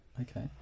Okay